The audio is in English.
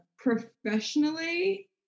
professionally